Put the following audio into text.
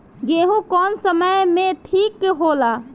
गेहू कौना समय मे ठिक होला?